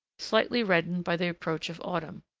slightly reddened by the approach of autumn,